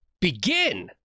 begin